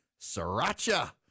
sriracha